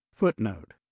Footnote